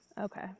Okay